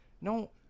no